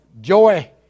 joy